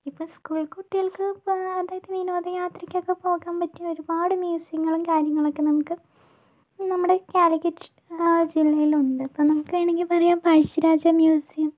ഇപ്പോൾ സ്കൂൾ കുട്ടികൾക്ക് ഇപ്പൊ അതായത് വിനോദ യാത്രക്കൊക്കെ പോകാൻ പറ്റിയ ഒരുപാട് മ്യുസിയങ്ങളും കാര്യങ്ങളൊക്കെ നമുക്ക് നമ്മുടെ കാലിക്കറ്റ് ജില്ലയിലുണ്ട് ഇപ്പൊ നമുക്ക് വേണെങ്കിൽ പറയാം പഴശ്ശിരാജാ മ്യുസിയം